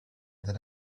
that